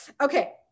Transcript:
Okay